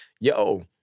yo